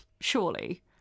Surely